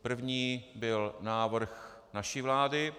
První byl návrh naší vlády.